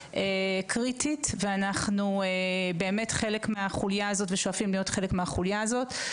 קריטית ואנחנו באמת חלק מהחוליה הזאת ושואפים להיות חלק מהחוליה הזאת.